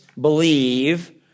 believe